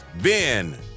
Ben